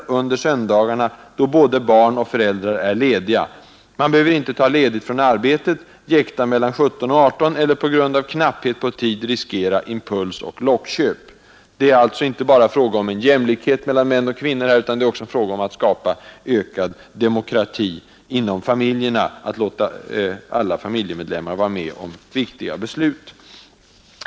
under söndagarna då både barn och föräldrar är lediga. Man behöver inte ta ledigt från arbetet, jäkta mellan kl. 17—18 eller på grund av knapphet på tid riskera impulsoch lockköp.” Det är alltså inte bara fråga om en jämlikhet mellan män och kvinnor utan också fråga om att skapa ökad demokrati inom familjerna när man låter alla familjemedlemmar vara med om viktiga beslut.